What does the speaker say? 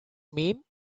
mean